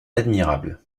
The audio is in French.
admirable